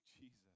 Jesus